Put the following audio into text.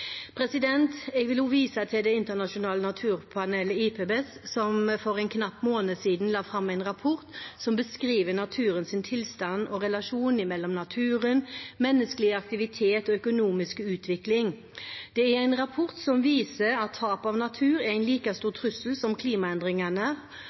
Jeg vil også vise til Det internasjonale naturpanelet, IPBES, som for en knapp måned siden la fram en rapport som beskriver naturens tilstand og relasjonen mellom naturen, menneskelig aktivitet og økonomisk utvikling. Det er en rapport som viser at tap av natur er en like stor